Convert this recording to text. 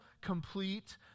complete